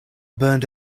burned